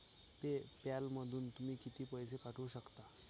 पे पॅलमधून तुम्ही किती पैसे पाठवू शकता?